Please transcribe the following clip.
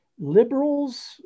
Liberals